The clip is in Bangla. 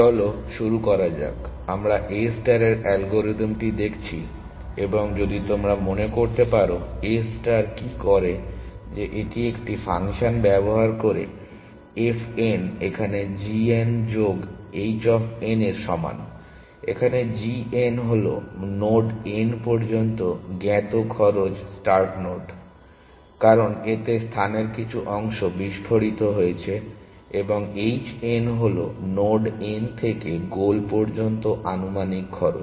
চলো শুরু করা যাক আমরা A স্টারের অ্যালগরিদমটি দেখছি এবং যদি তোমরা মনে করতে পারো A ষ্টার কি করে যে এটি একটি ফাংশন ব্যবহার করে f n এখানে g n যোগ h অফ n এর সমান যেখানে g n হল নোড n পর্যন্ত জ্ঞাত খরচ স্টার্ট নোড কারণ এতে স্থানের কিছু অংশ বিস্ফোরিত হয়েছে এবং h n হল নোড n থেকে গোল নোড পর্যন্ত আনুমানিক খরচ